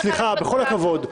סליחה, בכל הכבוד,